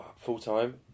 full-time